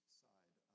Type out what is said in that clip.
side